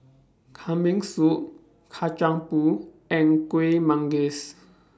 Kambing Soup Kacang Pool and Kuih Manggis